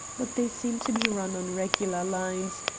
but they seem to be run on regular lines,